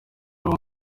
uwo